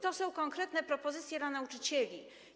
To są konkretne propozycje dla nauczycieli.